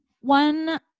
one